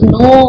no